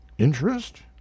Interest